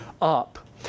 up